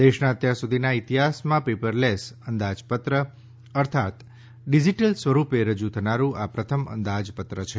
દેશનાં અત્યારસુધીનાં ઈતિહાસમાં પેપરલેસ અંદાજપત્ર અર્થાત ડિજીટલ સ્વરૂપે રજૂ થનારું આ પ્રથમ અંદાજપત્ર છે